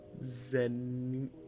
Zen